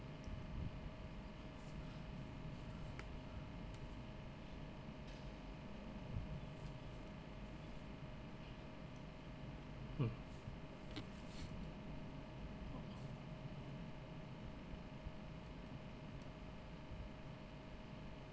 mm